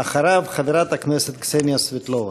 אחריו, חברת הכנסת קסניה סבטלובה.